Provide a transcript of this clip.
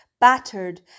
Battered